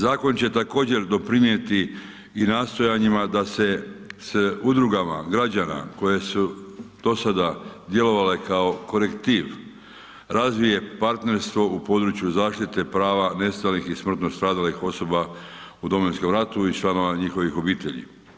Zakon će također doprinijeti i nastojanjima da se s udrugama građana koje su do sada djelovale kao korektiv, razvije partnerstvo u području zaštite prava nestalih i smrtno stradalih osoba u Domovinskom ratu i članova njihovih obitelji.